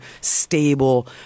stable